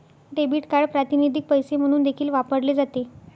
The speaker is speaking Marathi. डेबिट कार्ड प्रातिनिधिक पैसे म्हणून देखील वापरले जाते